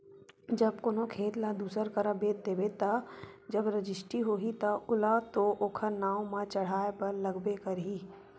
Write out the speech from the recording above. जब कोनो खेत ल दूसर करा बेच देबे ता जब रजिस्टी होही ता ओला तो ओखर नांव म चड़हाय बर लगबे करही